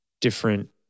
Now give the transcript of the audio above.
different